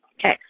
Okay